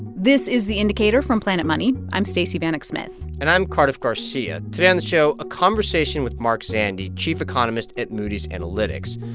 this is the indicator from planet money. i'm stacey vanek smith and i'm cardiff garcia. today on the show, a conversation with mark zandi, chief economist at moody's analytics.